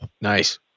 Nice